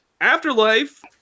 Afterlife